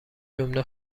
جمله